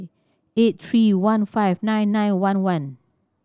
eight three one five nine nine one one